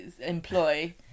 employ